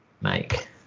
make